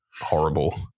horrible